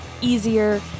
easier